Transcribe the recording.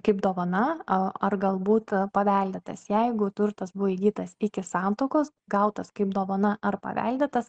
kaip dovana a ar galbūt paveldėtas jeigu turtas buvo įgytas iki santuokos gautas kaip dovana ar paveldėtas